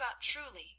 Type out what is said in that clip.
truly